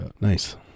Nice